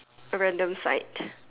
a random site